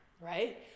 right